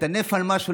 לטנף על משהו,